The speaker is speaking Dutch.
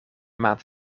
maand